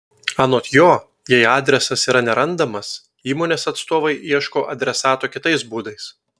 anot jo jei adresas yra nerandamas įmonės atstovai ieško adresato kitais būdais